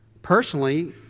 Personally